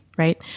right